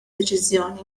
deċiżjoni